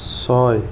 ছয়